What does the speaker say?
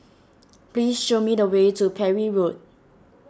please show me the way to Parry Road